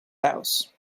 house